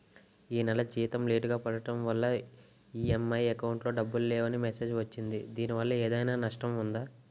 ఈ నెల జీతం లేటుగా పడటం వల్ల ఇ.ఎం.ఐ అకౌంట్ లో డబ్బులు లేవని మెసేజ్ వచ్చిందిదీనివల్ల ఏదైనా నష్టం ఉందా?